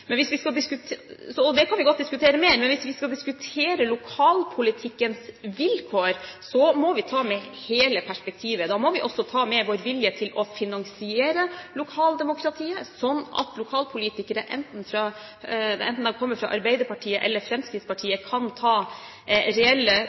Men hvis vi skal diskutere lokalpolitikkens vilkår, må vi ta med hele perspektivet. Da må vi også ta med vår vilje til å finansiere lokaldemokratiet, slik at lokalpolitikere, enten de kommer fra Arbeiderpartiet eller